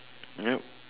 yup